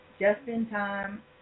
just-in-time